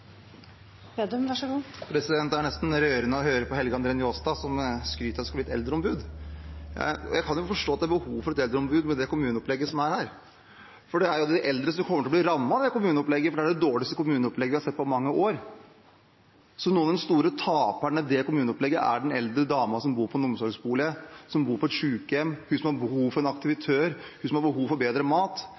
nesten rørende å høre på Helge André Njåstad, som skryter av at det skal bli et eldreombud. Jeg kan forstå at det er behov for et eldreombud med det kommuneopplegget som er her, for det er jo de eldre som kommer til å bli rammet av det kommuneopplegget. Det er det dårligste kommuneopplegget vi har sett på mange år. De store taperne i det kommuneopplegget er bl.a. den eldre damen som bor i en omsorgsbolig, hun som bor på et sykehjem, hun som har behov for en aktivitør, hun som har behov for bedre mat.